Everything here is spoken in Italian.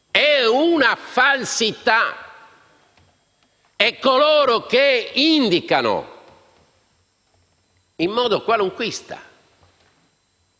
È una falsità. E coloro che indicano, in modo qualunquista,